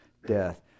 Death